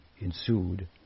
ensued